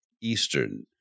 eastern